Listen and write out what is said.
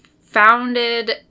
founded